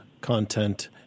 content